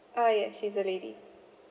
ah yes she's a lady